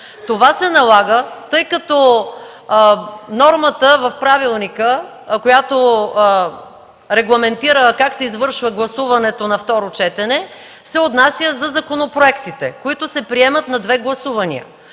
Това се налага, тъй като нормата в Правилника, която регламентира как се извършва гласуването на второ четене, се отнася за законопроектите, които се приемат на две гласувания.